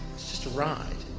it's just a ride.